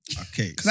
Okay